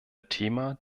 thema